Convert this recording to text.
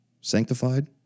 Sanctified